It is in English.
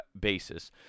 basis